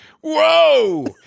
whoa